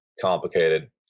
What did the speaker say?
complicated